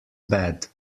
bad